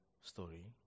story